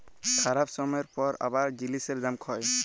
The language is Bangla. খারাপ ছময়ের পর আবার জিলিসের দাম হ্যয়